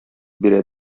бирә